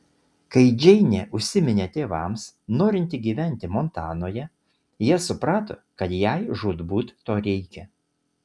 kai džeinė užsiminė tėvams norinti gyventi montanoje jie suprato kad jai žūtbūt to reikia